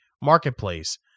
Marketplace